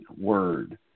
word